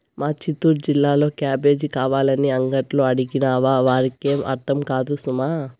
మా చిత్తూరు జిల్లాలో క్యాబేజీ కావాలని అంగట్లో అడిగినావా వారికేం అర్థం కాదు సుమా